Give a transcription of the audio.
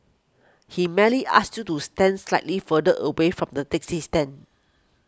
he merely asked you to stand slightly further away from the taxi stand